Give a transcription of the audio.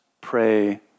pray